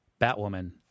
Batwoman